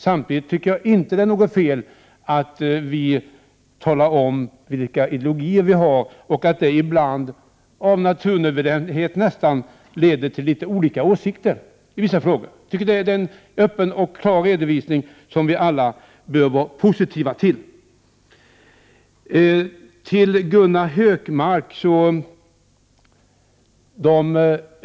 Samtidigt tycker jag inte att det är något fel i att vi talar om vilka ideologier vi har och att det ibland nästan av naturnödvändighet leder till litet olika åsikter i vissa frågor. Jag tycker att det är en öppen och klar redovisning som vi alla bör vara positiva till.